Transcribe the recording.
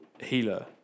healer